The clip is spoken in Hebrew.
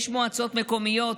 יש מועצות מקומיות,